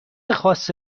خاص